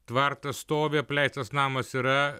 tvartas stovi apleistas namas yra